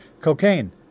cocaine